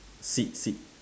seat seat